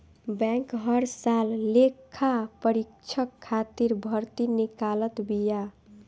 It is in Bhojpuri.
बैंक हर साल लेखापरीक्षक खातिर भर्ती निकालत बिया